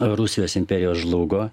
rusijos imperija žlugo